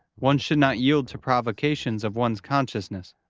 one should not yield to provocations of one's consciousness,